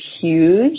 huge